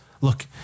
Look